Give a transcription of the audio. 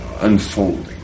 unfolding